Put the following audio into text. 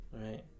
right